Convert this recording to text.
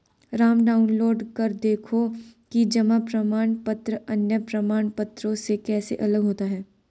Ram download कर देखो कि जमा प्रमाण पत्र अन्य प्रमाण पत्रों से कैसे अलग होता है?